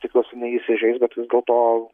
tikiuosi neįsižeis bet vis dėlto